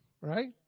right